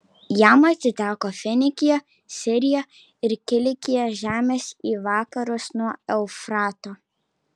jam atiteko finikija sirija ir kilikija žemės į vakarus nuo eufrato